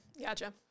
Gotcha